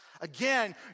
Again